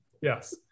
yes